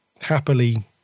happily